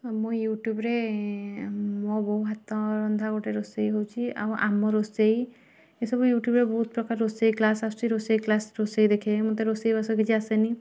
ହଁ ମୁଁ ୟୁଟ୍ୟୁବରେ ମୋ ବୋଉ ହାତରନ୍ଧା ଗୋଟେ ରୋଷେଇ ହେଉଛି ଆଉ ଆମ ରୋଷେଇ ଏ ସବୁ ୟୁଟ୍ୟୁବରେ ବହୁତ ପ୍ରକାର ରୋଷେଇ କ୍ଲାସ୍ ଆସୁଛି ରୋଷେଇ କ୍ଲାସ୍ ରୋଷେଇ ଦେଖେ ମୋତେ ରୋଷେଇବାସ କିଛି ଆସେନି